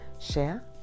share